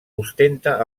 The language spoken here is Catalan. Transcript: ostenta